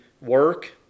work